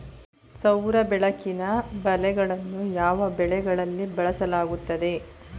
ಸೌರ ಬೆಳಕಿನ ಬಲೆಗಳನ್ನು ಯಾವ ಬೆಳೆಗಳಲ್ಲಿ ಬಳಸಲಾಗುತ್ತದೆ?